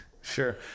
Sure